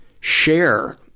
share